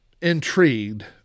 intrigued